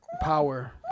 power